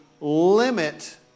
limit